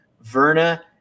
Verna